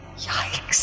Yikes